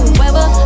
whoever